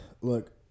Look